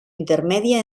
intermèdia